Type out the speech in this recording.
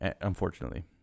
Unfortunately